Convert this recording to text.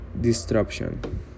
disruption